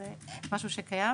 זה משהו שקיים.